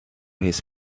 his